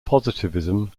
positivism